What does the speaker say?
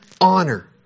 honor